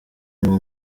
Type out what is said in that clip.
niwo